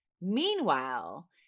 Meanwhile